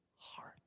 Heart